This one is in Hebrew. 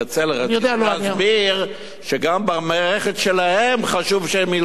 רציתי להסביר שגם במערכת שלהם חשוב שהם ילמדו את זה.